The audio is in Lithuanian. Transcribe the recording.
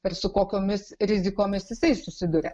ir su kokiomis rizikomis jisai susiduria